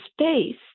space